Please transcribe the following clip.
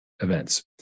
events